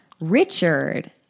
Richard